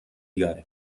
gare